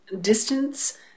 distance